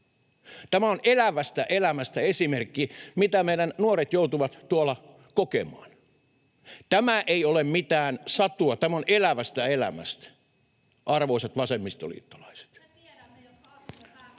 Tämä on elävästä elämästä esimerkki, mitä meidän nuoret joutuvat tuolla kokemaan. Tämä ei ole mitään satua, tämä on elävästä elämästä, arvoisat vasemmistoliittolaiset.